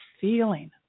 feeling